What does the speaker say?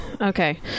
Okay